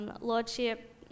lordship